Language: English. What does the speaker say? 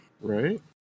Right